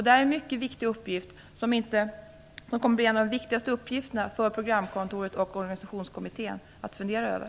Det är en mycket viktig uppgift. Det kommer att bli en av de viktigaste uppgifterna som programkontoret och organisationskommittén har att fundera över.